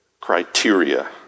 criteria